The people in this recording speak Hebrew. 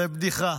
זה בדיחה.